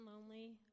lonely